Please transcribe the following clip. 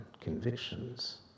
convictions